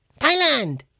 Thailand